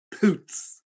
poots